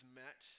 met